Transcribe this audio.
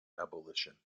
abolition